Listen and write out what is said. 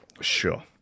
sure